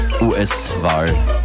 US-Wahl